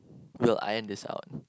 will iron this out